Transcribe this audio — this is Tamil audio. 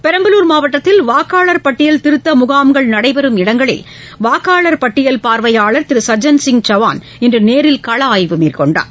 பெரம்பலூர் மாவட்டத்தில் வாக்காளர் பட்டியல் திருத்த முகாம்கள் நடைபெறும் இடங்களில் வாக்காளர் பட்டியல் பார்வையாளர் திரு சஜ்ஜன் சிங் சவான் இன்று நேரில் கள ஆய்வு மேற்கொண்டார்